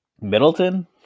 middleton